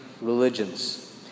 religions